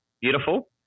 beautiful